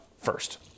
first